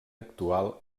actual